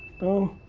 boom.